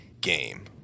game